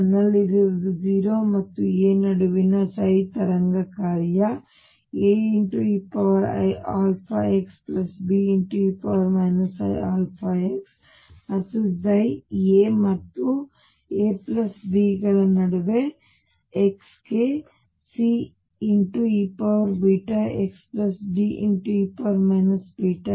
ನನ್ನಲ್ಲಿರುವುದು 0 ಮತ್ತು a ನಡುವಿನ ತರಂಗ ಕಾರ್ಯ AeiαxBe iαx ಮತ್ತು a ಮತ್ತು ab ಗಳ ನಡುವೆ x ಗೆ CeβxDe βx